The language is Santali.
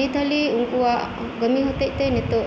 ᱱᱤᱛᱦᱟᱹᱞᱤ ᱩᱱᱠᱩᱣᱟᱜ ᱠᱟᱹᱢᱤ ᱦᱚᱛᱮᱡ ᱛᱮ ᱱᱤᱛᱚᱜ